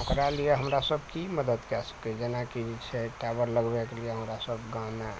ओकरा लिए हमरा सब की मदद कऽ सकै जेना कि जे छै टावर लगबैके लिए हमरा सब गाँवमे